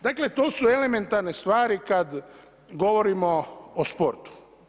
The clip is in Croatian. Dakle to su elementarne stvari kada govorimo o sportu.